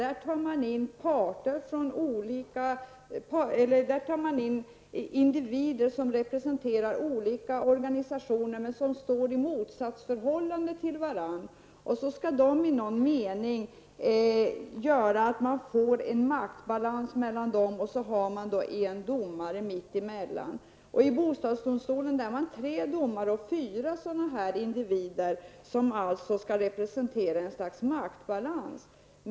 I specialdomstolarna tar man in representanter för olika organisationer som står i motsattsförhållande till varandra. Dessa skall i någon mening göra att man får en maktbalans. Mitt emellan dessa sitter sedan en domare. I bostadsdomstolen har man tre domare och fyra partsrepresentanter som skall utgöra något slags maktbalans.